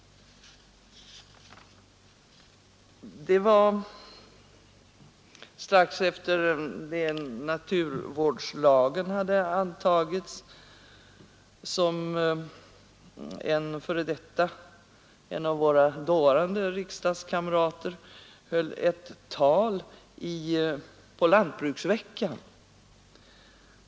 Strax efter det att naturvårdslagen hade antagits — det var väl 1965 — höll en av våra dåvarande riksdagskamrater ett tal på lantbruksveckan.